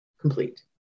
complete